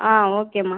ஆ ஓகேம்மா